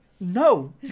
no